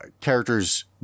characters